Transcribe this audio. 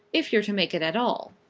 if you're to make it at all.